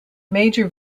major